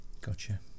Gotcha